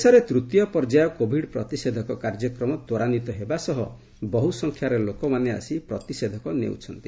ଦେଶରେ ତୃତୀୟ ପର୍ଯ୍ୟାୟ କୋବିଡ୍ ପ୍ରତିଷେଧକ କାର୍ଯ୍ୟକ୍ରମ ତ୍ୱରାନ୍ୱିତ ହେବା ସହ ବହୃସଂଖ୍ୟାରେ ଲୋକମାନେ ଆସି ପ୍ରତିଷେଧକ ନେଉଛନ୍ତି